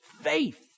faith